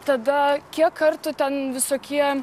tada kiek kartų ten visokie